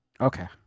Okay